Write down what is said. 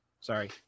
Sorry